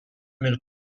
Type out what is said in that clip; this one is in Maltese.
mill